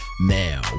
Now